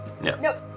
Nope